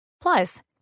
Plus